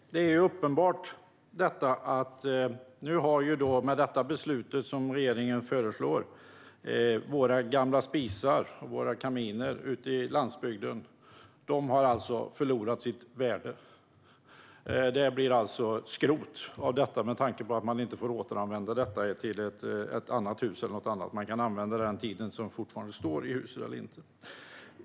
Fru talman! Det är uppenbart att våra gamla spisar och kaminer ute i landsbygden har förlorat sitt värde i och med det beslut som regeringen föreslår. Det blir alltså skrot av detta med tanke på att man inte får återanvända det i ett annat hus. Man kan använda det under den tid som det fortfarande står kvar i huset.